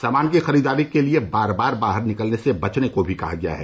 सामान की खरीददारी के लिए बार बार बाहर निकलने से बचने को भी कहा गया है